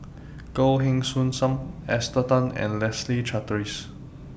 Goh Heng Soon SAM Esther Tan and Leslie Charteris